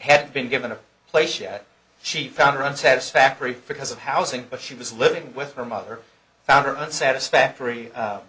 had been given a place yet she found one satisfactory because of housing but she was living with her mother found her own satisfactory on